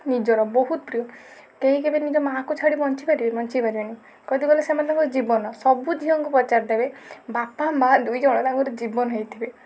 ନିଜର ବହୁତ ପ୍ରିୟ କେହି କେବେ ନିଜ ମାଆକୁ ଛାଡ଼ି ବଞ୍ଚିପାରିବେ ବଞ୍ଚିପାରିବେନି କହିବାକୁ ଗଲେ ସେମାନେ ତାଙ୍କ ଜୀବନ ସବୁ ଝିଅଙ୍କୁ ପଚାରିଦେବେ ବାପା ମାଆ ଦୁଇଜଣ ତାଙ୍କର ଜୀବନ ହେଇଥିବେ